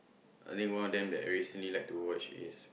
a new one of them that I recently like to watch is